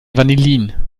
vanillin